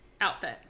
outfit